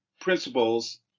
principles